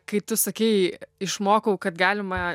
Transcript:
kai tu sakei išmokau kad galima